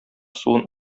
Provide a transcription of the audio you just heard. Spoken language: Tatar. суын